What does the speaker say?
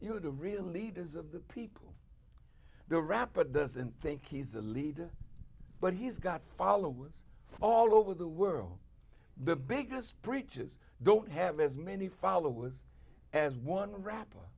you know the real leaders of the people the rap but doesn't think he's a leader but he's got followers all over the world the biggest breaches don't have as many followers as one ra